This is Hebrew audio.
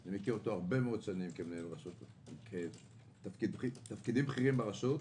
אני מכיר אותו הרבה מאוד שנים בתפקידים בכירים ברשות.